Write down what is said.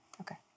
Okay